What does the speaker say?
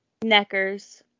Neckers